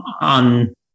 on